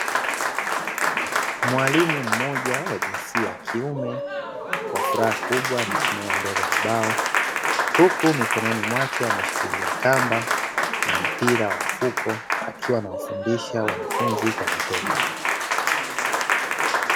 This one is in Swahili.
Mwalimu mmoja wa jinsia ya kiume, kwa furaha kubwa amesimama mbele ya ubao huku mikononi mwake ameshikilia kamba, na mpira wa mfuko akiwa anawafundisha wanafunzi kwa vitendo.